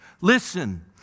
Listen